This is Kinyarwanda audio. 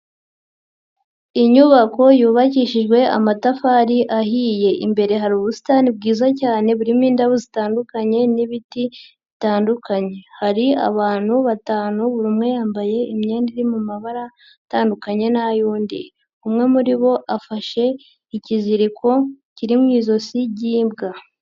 Inyubako yubakishijwe amatafari ahiye, imbere hari ubusitani bwiza cyane burimo indabo zitandukanye n'ibiti bitandukanye, hari abantu batanu buri umwe yambaye imyenda iri mu mabara atandukanye n'ay'undi, umwe muri bo afashe ikiziriko kiri mu izosi ry'imbwa.